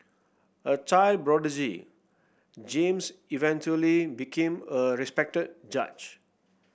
a child prodigy James eventually became a respected judge